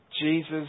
Jesus